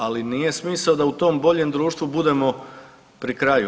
Ali nije smisao da u tom boljem društvu budemo pri kraju.